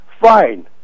Fine